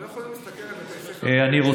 אתם לא יכולים, אדוני השר, שוב,